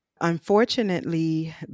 unfortunately